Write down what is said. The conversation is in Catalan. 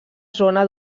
zona